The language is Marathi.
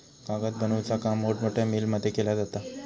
कागद बनवुचा काम मोठमोठ्या मिलमध्ये केला जाता